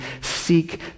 seek